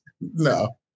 No